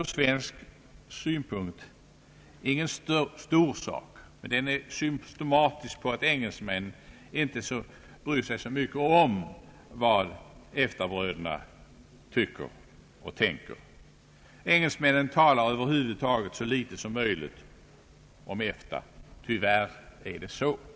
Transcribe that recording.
Ur svensk synpunkt är det kanske ingen stor sak — den har större betydelse för Norge och Danmark — men den är symtomatisk för att engelsmännen inte bryr sig så mycket om vad EFTA bröderna tycker och tänker. Engelsmännen talar över huvud taget så litet som möjligt om EFTA; tyvärr är detta ett faktum.